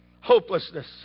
Hopelessness